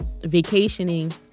vacationing